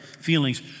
feelings